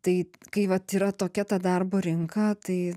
tai kai vat yra tokia ta darbo rinka tai